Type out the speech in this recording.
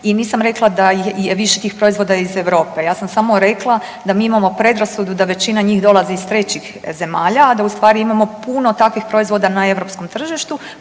i nisam rekla da je više tih proizvoda iz Europe. Ja sam samo rekla da mi imamo predrasudu da većina njih dolazi iz trećih zemalja, a da u stvari imamo puno takvih proizvoda na europskom tržištu